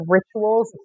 rituals